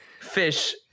fish